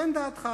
תן דעתך